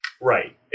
right